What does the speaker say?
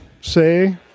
say